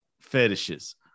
fetishes